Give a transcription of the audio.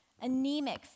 anemic